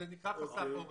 זה נקרא חסר עורף.